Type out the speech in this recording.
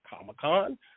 Comic-Con